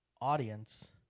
audience